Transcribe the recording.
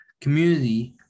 community